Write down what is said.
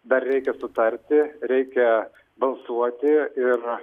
dar reikia sutarti reikia balsuoti ir